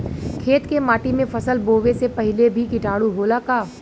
खेत के माटी मे फसल बोवे से पहिले भी किटाणु होला का?